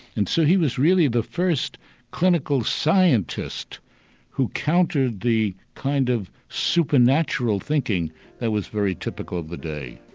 and so he was really the first clinical scientist who countered the kind of supernatural thinking that was very typical of the day.